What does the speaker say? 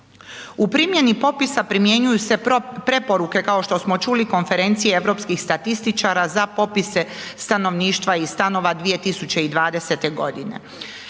U primjeni popisa primjenjuju se preporuke kao što smo čuli konferencije europskih statističara za popise stanovništva i stanove 2020. godine.